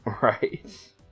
right